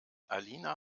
alina